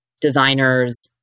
designers